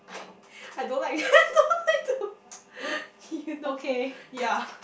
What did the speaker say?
I don't like don't like to you know yeah